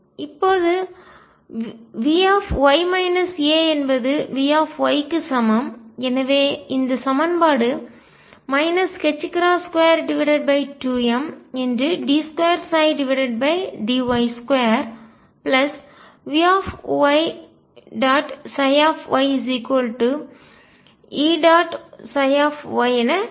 இப்போது V என்பது V க்கு சமம் எனவே இந்த சமன்பாடு 22md2dy2VyyEψy என கிடைக்கும்